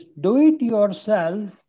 Do-It-Yourself